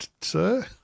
sir